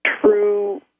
true